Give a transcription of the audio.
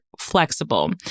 flexible